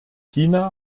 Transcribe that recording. china